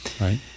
right